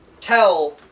tell